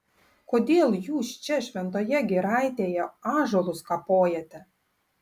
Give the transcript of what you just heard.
kodėl jūs čia šventoje giraitėje ąžuolus kapojate